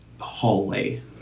hallway